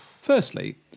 firstly